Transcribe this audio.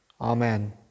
Amen